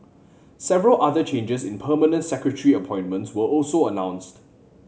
several other changes in permanent secretary appointments were also announced